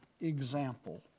example